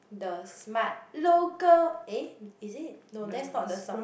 the smart local eh is it no that's not the song